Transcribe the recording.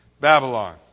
Babylon